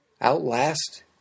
Outlast